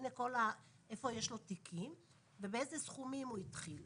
הנה כל איפה שיש לו תיקים ובאיזה סכומים הוא התחיל.